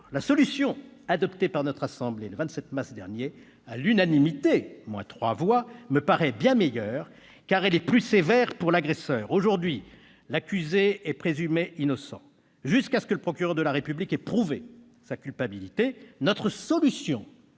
La solution adoptée par notre assemblée le 27 mars dernier, à l'unanimité moins trois voix, me paraît bien meilleure, car elle est plus sévère pour l'agresseur. Aujourd'hui, l'accusé est présumé innocent jusqu'à ce que le procureur de la République ait prouvé sa culpabilité. Notre solution